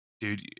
dude